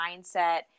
mindset